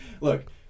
Look